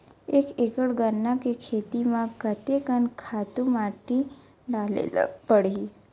एक एकड़ गन्ना के खेती म कते कन खातु माटी डाले ल पड़ही?